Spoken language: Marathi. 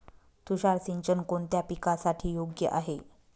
तुषार सिंचन कोणत्या पिकासाठी योग्य आहे?